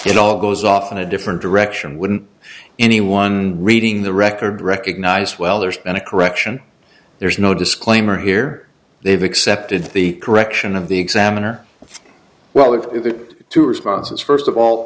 it all goes off in a different direction wouldn't anyone reading the record recognize well there's been a correction there's no disclaimer here they've accepted the correction of the examiner well of it two responses first of all